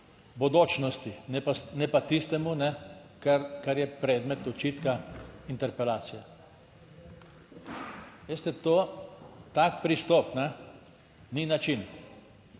bodočnosti, ne pa tistemu kar je predmet očitka interpelacije. Veste, to, tak pristop ni način,